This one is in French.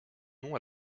nom